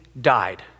died